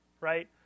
right